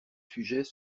sujets